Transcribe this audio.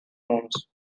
homes